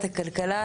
הכלכלה,